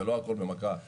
זה לא הכול במכה אחת.